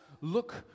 look